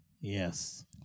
Yes